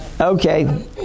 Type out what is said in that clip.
Okay